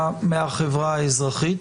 מהחברה האזרחית.